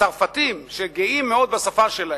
הצרפתים, שגאים מאוד בשפה שלהם,